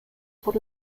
por